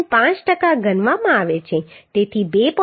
5 ટકા ગણવામાં આવે છે તેથી 2